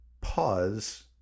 pause